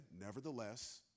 nevertheless